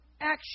action